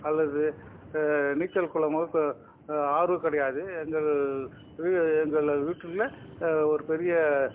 அல்லது நீச்சல் குளமோ ஆறோ கிடையாது எங்கள் எங்கள் வீட்டில் ஒரு பெரிய